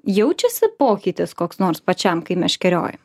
jaučiasi pokytis koks nors pačiam kai meškerioja